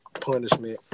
punishment